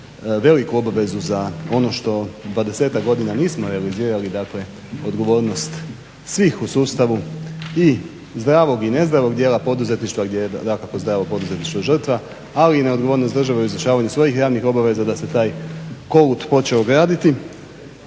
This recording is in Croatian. veliku obavezu za ono što 20-ak godina nismo realizirali dakle odgovornost svih u sustavu i zdravog i nezdravog dijela poduzetništva gdje je dakako zdravo poduzetništvo žrtve ali neodgovornost države u izvršavanju svojih javnih obaveza da se taj kolut počeo graditi,